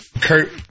Kurt